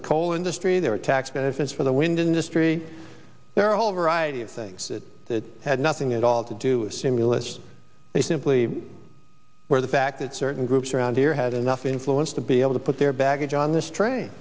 the coal industry there are tax benefits for the wind industry there are a whole variety of things that had nothing at all to do simulations they simply were the fact that certain groups around here had enough influence to be able to put their baggage on this train